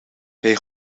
hij